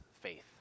faith